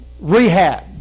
rehab